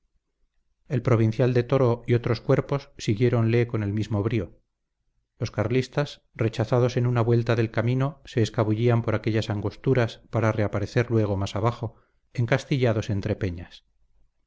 el provincial de toro y otros cuerpos siguiéronle con el mismo brío los carlistas rechazados en una vuelta del camino se escabullían por aquellas angosturas para reaparecer luego más abajo encastillados entre peñas